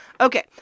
Okay